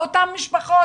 לאותן משפחות,